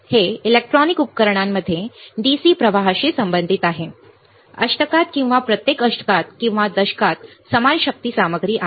हे इलेक्ट्रॉनिक उपकरणांमध्ये DC प्रवाहाशी संबंधित आहे अष्टकात किंवा प्रत्येक अष्टकात किंवा दशकात समान शक्ती सामग्री आहे